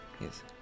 yes